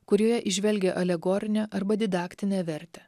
kurioje įžvelgia alegorinę arba didaktinę vertę